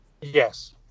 Yes